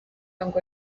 ngo